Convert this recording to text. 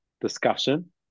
discussion